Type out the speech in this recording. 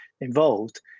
involved